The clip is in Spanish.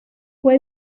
fue